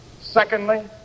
Secondly